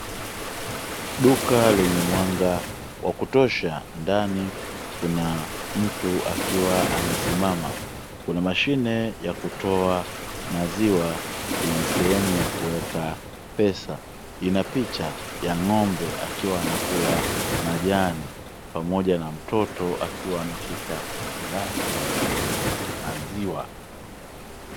Duka lenye mwanga wa kutosha, ndani kuna mtu akiwa amesimama. Kuna mashine ya kutoa maziwa yenye sehemu ya kuweka pesa. Ina picha ya ng'ombe akiwa anakula majani pamoja na mtoto akiwa ameshika glasi anakunywa maziwa.